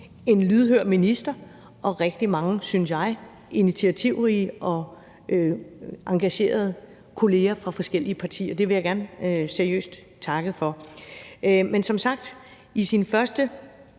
en lydhør minister og rigtig mange, synes jeg, initiativrige og engagerede kolleger fra forskellige partier. Det vil jeg gerne seriøst takke for. Men som sagt er det